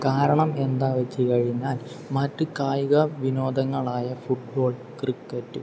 കാരണം എന്താ വച്ച് കഴിഞ്ഞാൽ മറ്റ് കായിക വിനോദങ്ങളായ ഫുട്ബോൾ ക്രിക്കറ്റ്